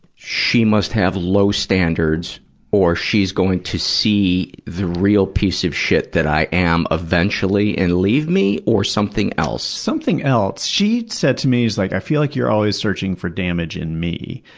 she must have low standards or she's going to see the real piece of shit that i am eventually and then leave me or something else? something else. she said to me, like i feel like you're always searching for damage in me.